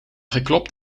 geklopt